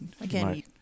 again